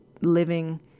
living